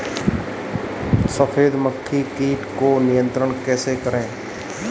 सफेद मक्खी कीट को नियंत्रण कैसे करें?